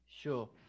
Sure